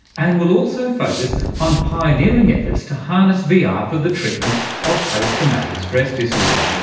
and we'll also focus on pioneering efforts to harness vr ah for the treatment of post traumatic stress disorder.